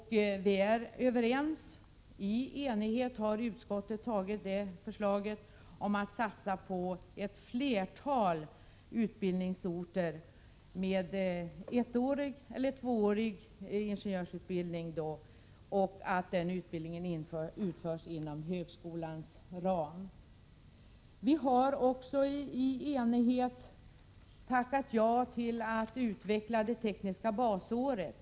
I enighet har utskottet tillstyrkt förslaget att satsa på ett flertal utbildningsorter med ettårig eller tvåårig ingenjörsutbildning och att den utbildningen utförs inom högskolans ram. Vi har också i enighet tackat ja till att utveckla det tekniska basåret.